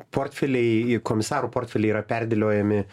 portfeliai komisarų portfeliai yra perdėliojami